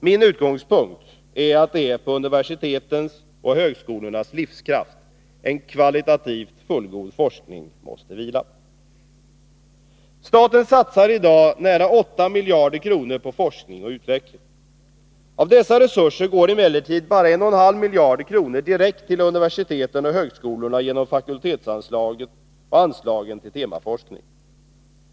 Min utgångspunkt är att det är på universitetens och högskolornas livskraft en kvalitativt fullgod forskning måste vila. Staten satsar i dag nära 8 miljarder kronor på forskning och utveckling. Av dessa resurser går emellertid bara 1,5 miljarder kronor direkt till universiteten och högskolorna genom fakultetsanslagen och anslaget till temaforskning.